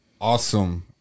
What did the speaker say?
awesome